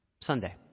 Sunday